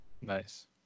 Nice